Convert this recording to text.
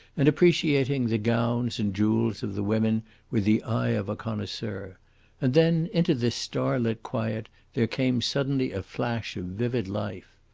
and appreciating the gowns and jewels of the women with the eye of a connoisseur and then into this starlit quiet there came suddenly a flash of vivid life.